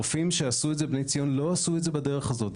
הרופאים שעשו את זה בבני ציון לא עשו את זה בדרך הזו.